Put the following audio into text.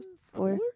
Four